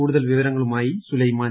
കൂടുതൽ വിവരങ്ങളുമായി സുലൈമാൻ